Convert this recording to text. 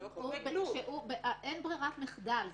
אין ברירת מחדל.